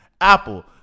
Apple